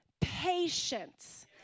Patience